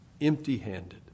empty-handed